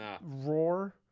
roar